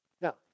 Now